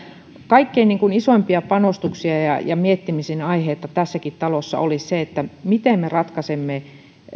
kaikkein isoimpia panostuksia ja miettimisen aiheita tässäkin talossa olisi se miten me ratkaisemme